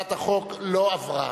שהצעת החוק לא עברה.